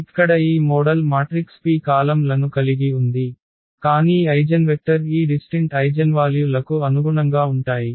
కాబట్టి ఇక్కడ ఈ మోడల్ మాట్రిక్స్ P కాలమ్ లను కలిగి ఉంది కానీ ఐగెన్వెక్టర్ ఈ డిస్టింట్ ఐగెన్వాల్యు లకు అనుగుణంగా ఉంటాయి